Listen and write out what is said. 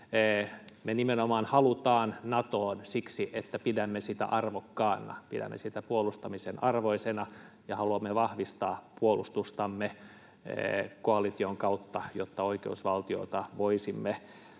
me nimenomaan haluamme Natoon siksi, että pidämme sitä arvokkaana, pidämme sitä puolustamisen arvoisena ja haluamme vahvistaa puolustustamme koalition kautta, jotta voisimme